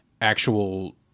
actual